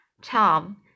tom